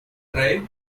tribe